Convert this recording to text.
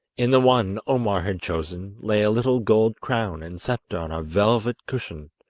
in the one omar had chosen lay a little gold crown and sceptre on a velvet cushion.